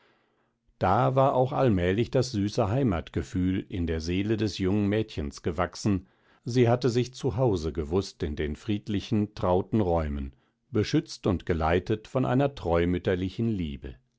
da war auch allmählich das süße heimatgefühl in der seele des jungen mädchens gewachsen sie hatte sich zu hause gewußt in den friedlichen trauten räumen beschützt und geleitet von einer treumütterlichen liebe